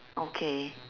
okay